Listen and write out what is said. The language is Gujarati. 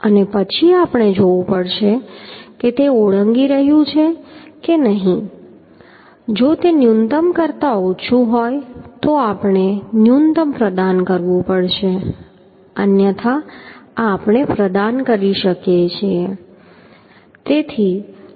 અને પછી આપણે જોવું પડશે કે તે ઓળંગી રહ્યું છે કે નહીં જો તે ન્યૂનતમ કરતા ઓછું હોય તો આપણે ન્યૂનતમ પ્રદાન કરવું પડશે અન્યથા આ આપણે પ્રદાન કરી શકીએ છીએ